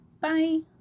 Bye